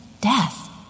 death